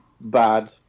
bad